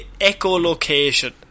echolocation